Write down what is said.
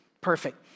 perfect